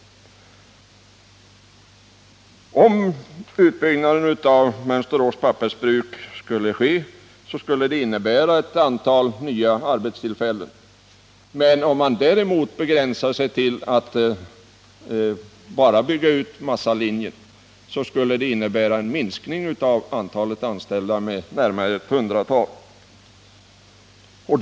Om utbyggnaden av pappersbruket i Mönsterås skulle verkställas, skulle det innebära att ett antal nya arbetstillfällen skapades. Begränsar man sig däremot till att bygga ut endast massalinjen, skulle detta betyda en minskning av antalet anställda med närmare ett hundratal personer.